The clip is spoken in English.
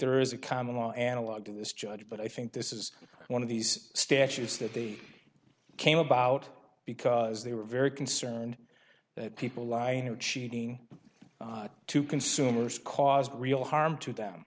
there is a common law analog to this judge but i think this is one of these statutes that they came about because they were very concerned that people lying and cheating to consumers caused real harm to them